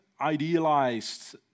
idealized